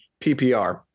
PPR